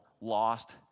lost